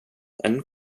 and